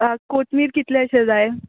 आ कोतमीर कितलेशें जाय